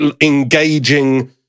engaging